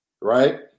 right